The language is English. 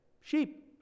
Sheep